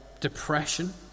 depression